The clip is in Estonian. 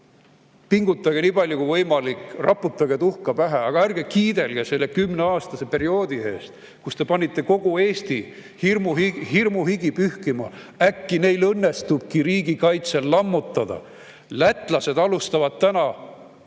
Pingutage nii palju kui võimalik, raputage tuhka pähe, aga ärge kiidelge selle kümneaastase perioodiga, kus te panite kogu Eesti hirmuhigi pühkima – äkki neil õnnestubki riigikaitse lammutada. Lätlased alustavad täna